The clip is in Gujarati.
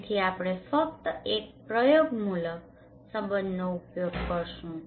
તેથી આપણે ફક્ત એક પ્રયોગમૂલક સંબંધનો ઉપયોગ કરીશું